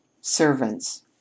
servants